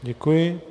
Děkuji.